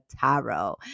tarot